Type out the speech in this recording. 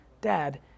dad